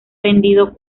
vendido